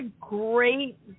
great